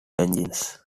engines